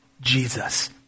Jesus